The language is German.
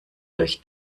durch